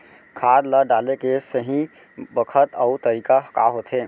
खाद ल डाले के सही बखत अऊ तरीका का होथे?